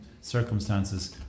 circumstances